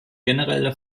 generelle